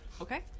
Okay